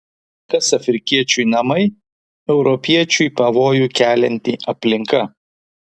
kas afrikiečiui namai europiečiui pavojų kelianti aplinka